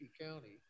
county